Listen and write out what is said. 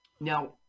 Now